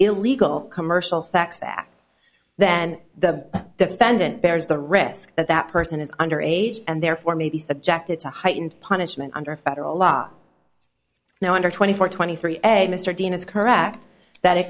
illegal commercial sex act then the defendant bears the risk that that person is under age and therefore may be subjected to heightened punishment under federal law now under twenty four twenty three egg mr dean is correct that